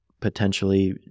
potentially